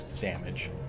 damage